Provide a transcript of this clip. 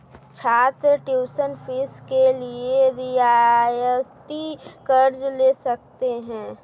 छात्र tuition fee के लिए रियायती कर्ज़ ले सकते हैं